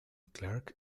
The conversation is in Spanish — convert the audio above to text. clarke